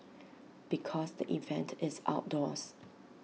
because the event is outdoors